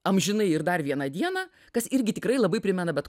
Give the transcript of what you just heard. amžinai ir dar vieną dieną kas irgi tikrai labai primena bet